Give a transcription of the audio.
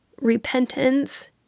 repentance